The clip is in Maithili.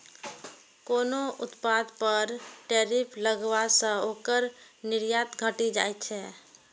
कोनो उत्पाद पर टैरिफ लगला सं ओकर निर्यात घटि जाइ छै